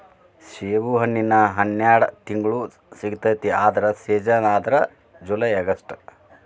ಸೇಬುಹಣ್ಣಿನ ಹನ್ಯಾಡ ತಿಂಗ್ಳು ಸಿಗತೈತಿ ಆದ್ರ ಸೇಜನ್ ಅಂದ್ರ ಜುಲೈ ಅಗಸ್ಟ